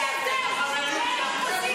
טוב.